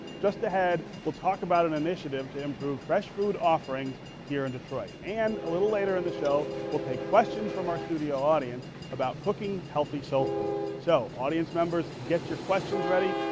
just ahead, we'll talk about an initiative to improve fresh food offerings here in detroit. and, a little later in the show, we'll take questions from our studio audience about cooking healthy soul food. so, audience members, get your questions ready.